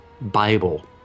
Bible